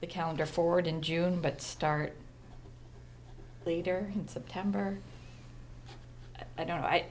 the calendar forward in june but start leader in september you know i